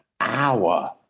hour